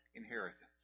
inheritance